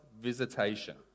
visitation